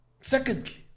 secondly